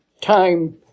time